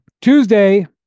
Tuesday